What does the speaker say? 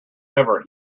ever